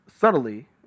subtly